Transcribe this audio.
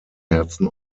herzen